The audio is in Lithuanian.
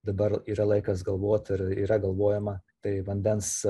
dabar yra laikas galvot ir yra galvojama tai vandens